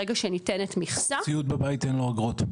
ברגע שניתנת מכסה --- סיעוד בבית אין לו אגרות.